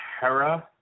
Hera